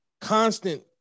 constant